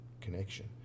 connection